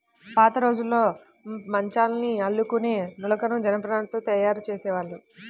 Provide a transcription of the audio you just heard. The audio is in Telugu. పాతరోజుల్లో మంచాల్ని అల్లుకునే నులకని జనపనారతో తయ్యారు జేసేవాళ్ళు